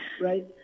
right